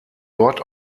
dort